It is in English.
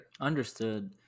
Understood